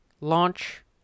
launch